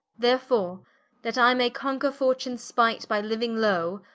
therefore that i may conquer fortunes spight, by liuing low,